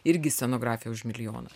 irgi scenografija už milijoną